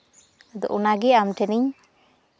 ᱟᱫᱚ ᱚᱱᱟ ᱜᱮ ᱟᱢ ᱴᱷᱮᱱᱤᱧ